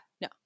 No